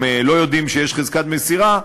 הם לא יודעים שיש חזקת מסירה,